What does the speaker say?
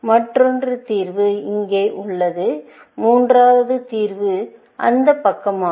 மற்றொரு தீர்வு இங்கே உள்ளது மூன்றாவது தீர்வு அந்த பக்கமாகும்